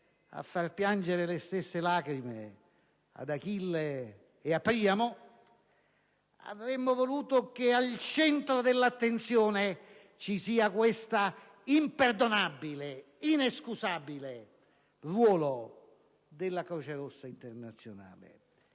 a far piangere le stesse lacrime ad Achille e a Priamo, fosse stato messo al centro dell'attenzione questo imperdonabile, inescusabile ruolo della Croce Rossa internazionale.